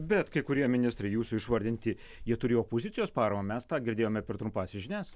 bet kai kurie ministrai jūsų išvardinti jie turi opozicijos paramą mes tą girdėjome per trumpąsias žinias